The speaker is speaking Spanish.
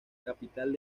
capital